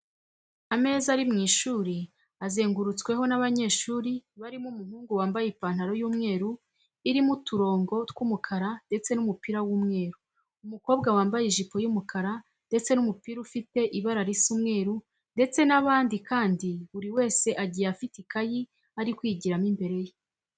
Ameza ari mu ishuri azengurutsweho n'abanyeshuri barimo umuhungu wambaye ipantaro y'umweru irimo uturungo tw'umukara ndetse n'umupira w'umweru, umukobwa wambaye ijipo y'umukara ndetse n'umupira ufite ibara risa umweru ndetse n'abandi kandi buri wese agiye afite ikayi ari kwigiramo imbere ye.